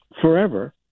forever